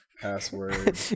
Password